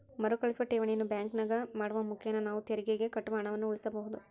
ಮರುಕಳಿಸುವ ಠೇವಣಿಯನ್ನು ಬ್ಯಾಂಕಿನಾಗ ಮಾಡುವ ಮುಖೇನ ನಾವು ತೆರಿಗೆಗೆ ಕಟ್ಟುವ ಹಣವನ್ನು ಉಳಿಸಬಹುದು